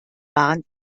bahn